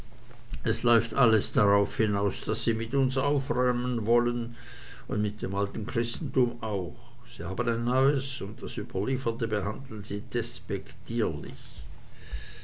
es läuft alles darauf hinaus daß sie mit uns aufräumen wollen und mit dem alten christentum auch sie haben ein neues und das überlieferte behandeln sie